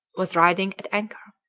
was riding at anchor.